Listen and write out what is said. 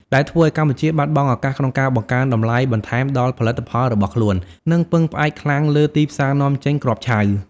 ដែលធ្វើឱ្យកម្ពុជាបាត់បង់ឱកាសក្នុងការបង្កើនតម្លៃបន្ថែមដល់ផលិតផលរបស់ខ្លួន និងពឹងផ្អែកខ្លាំងលើទីផ្សារនាំចេញគ្រាប់ឆៅ។